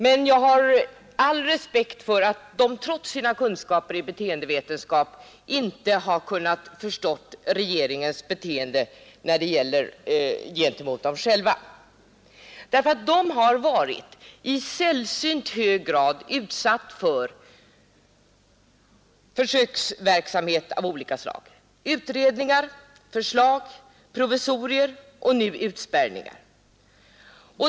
Men jag har all respekt för att de trots sina kunskaper i beteendevetenskap inte kunnat förstå regeringens beteende gentemot dem själva. De har varit i sällsynt hög grad utsatta för försöksverksamhet av olika slag — utredningar, förslag, provisorier och nu utspärrningar.